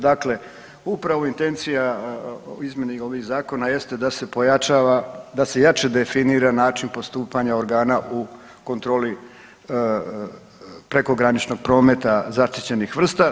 Dakle, upravo intencija izmjene ovih zakona jeste da se pojačava, da se jače definira način postupanja organa u kontroli prekograničnog prometa zaštićenih vrsta.